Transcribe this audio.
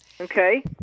Okay